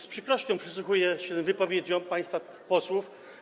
Z przykrością przysłuchuję się wypowiedziom państwa posłów.